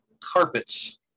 carpets